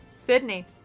Sydney